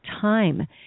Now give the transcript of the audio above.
time